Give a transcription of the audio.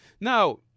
Now